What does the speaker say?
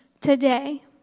today